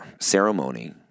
ceremony